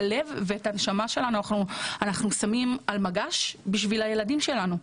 ושמות על מגש את הלב והנשמה שלנו בשביל הילדים שלנו,